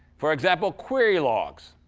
for example, query logs.